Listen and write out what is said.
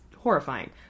Horrifying